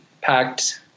packed